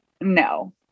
no